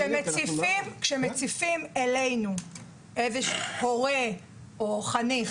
כשמציפים לנו הורה או חניך,